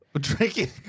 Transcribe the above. Drinking